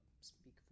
speak